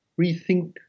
rethink